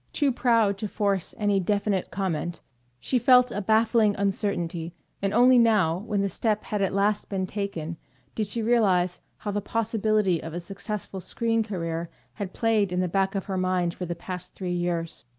too proud to force any definite comment she felt a baffling uncertainty and only now when the step had at last been taken did she realize how the possibility of a successful screen career had played in the back of her mind for the past three years.